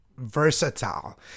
Versatile